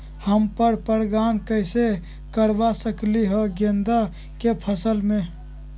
हम पर पारगन कैसे करवा सकली ह गेंदा के फसल में?